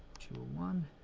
to ah one